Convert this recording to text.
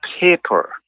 paper